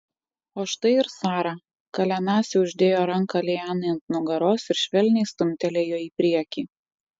o štai ir sara kalenasi uždėjo ranką lianai ant nugaros ir švelniai stumtelėjo į priekį